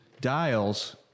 dials